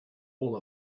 all